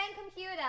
Computer